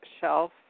shelf